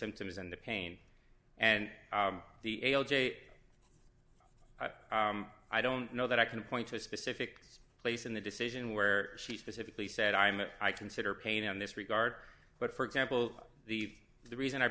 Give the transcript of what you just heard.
symptoms and the pain and the ale jape i've i don't know that i can point to a specific place in the decision where she specifically said i'm a i consider pain in this regard but for example the the reason i